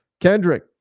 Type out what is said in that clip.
Kendrick